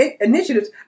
initiatives